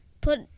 Put